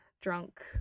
drunk